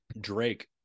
drake